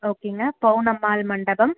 ஓகேங்க பவுனம்மாள் மண்டபம்